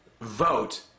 vote